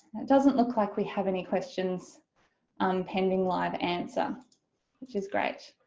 it doesn't look like we have any questions um pending live answer which is great.